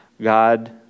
God